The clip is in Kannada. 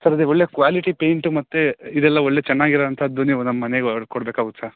ಸರ್ ಅದೇ ಒಳ್ಳೆಯ ಕ್ವಾಲಿಟಿ ಪೇಂಯ್ಟು ಮತ್ತು ಇದೆಲ್ಲ ಒಳ್ಳೆಯ ಚೆನ್ನಾಗಿರೋಂಥದ್ದು ನೀವು ನಮ್ಮ ಮನೆಗೆ ಹೊಡ್ಕೊಡ್ಬೇಕಾಗುತ್ ಸರ್